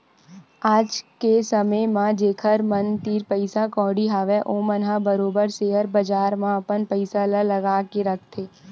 आज के समे म जेखर मन तीर पइसा कउड़ी हवय ओमन ह बरोबर सेयर बजार म अपन पइसा ल लगा के रखथे